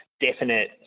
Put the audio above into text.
definite